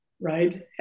right